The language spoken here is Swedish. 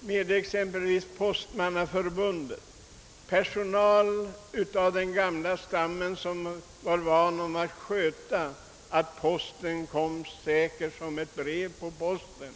med exempelvis nuvarande Postförbundet, där det finns personal av den gamla stammen som såg till att det låg en verklighet bakom uttrycket »säkert som ett brev på posten»?